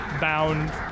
bound